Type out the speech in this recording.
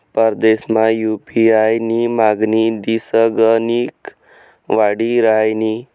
परदेसमा यु.पी.आय नी मागणी दिसगणिक वाडी रहायनी